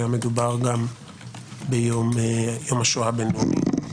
היה מדובר גם ביום השואה הבין-לאומי.